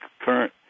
current –